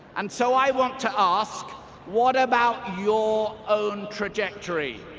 and so i want to ask what about your own trajectory?